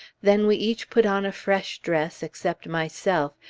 then we each put on a fresh dress, except myself,